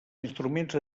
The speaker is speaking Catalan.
instruments